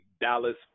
Dallas